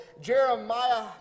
Jeremiah